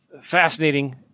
fascinating